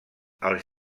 els